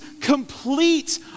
complete